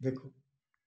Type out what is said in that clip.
देखो